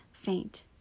faint